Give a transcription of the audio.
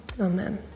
amen